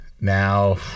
now